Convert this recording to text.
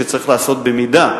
שצריך לעשות במידה,